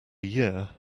year